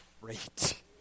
Great